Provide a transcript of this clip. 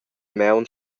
maun